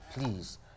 please